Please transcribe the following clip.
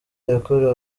yakorewe